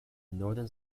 northern